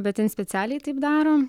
bet jin specialiai taip daro